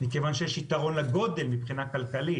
מכיוון שיש יתרון לגודל מבחינה כלכלית.